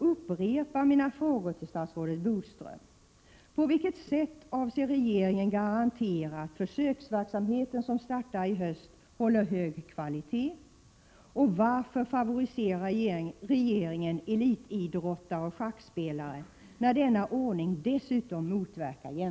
Men jag vill också upprepa mina frågor till statsrådet Bodström: